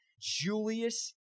Julius